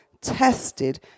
tested